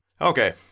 Okay